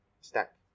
stack